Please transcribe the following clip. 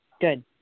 good